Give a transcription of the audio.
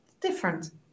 different